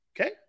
Okay